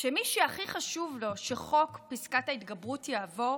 מספר שמי שהכי חשוב לו שחוק פסקת ההתגברות יעבור